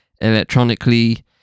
electronically